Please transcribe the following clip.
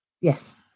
Yes